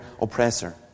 oppressor